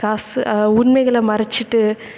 காசு உண்மைகளை மறைச்சிட்டு